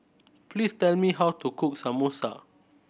please tell me how to cook Samosa